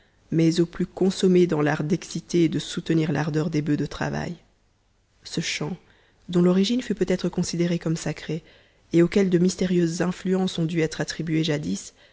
mais aux plus consommés dans l'art d'exciter et de soutenir l'ardeur des bufs de travail ce chant dont l'origine fut peut-être considérée comme sacrée et auquel de mystérieuses influences ont dû être attribuées jadis